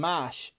Mash